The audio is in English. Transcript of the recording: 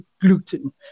gluten